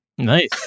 Nice